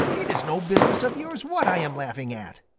it is no business of yours what i am laughing at,